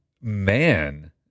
Man